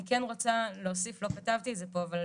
אני כן רוצה להוסיף, לא כתבתי את זה פה, אבל